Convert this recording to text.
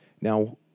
Now